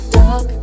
dark